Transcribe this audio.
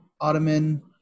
ottoman